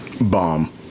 bomb